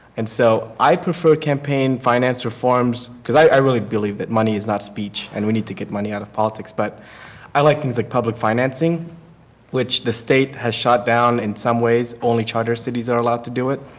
and so i prefer campaign finance reforms because i really believe that money is not speech it and we need to get money out of politics but i like things with like public financing which the state has shot down in some ways. only charter cities are allowed to do it.